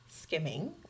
skimming